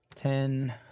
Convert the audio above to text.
Ten